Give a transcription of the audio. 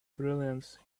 brilliance